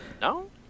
No